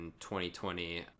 2020